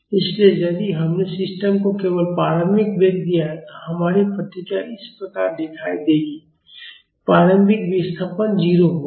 इसलिए यदि हमने सिस्टम को केवल प्रारंभिक वेग दिया है तो हमारी प्रतिक्रिया इस प्रकार दिखाई देगी प्रारंभिक विस्थापन 0 होगा